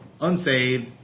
unsaved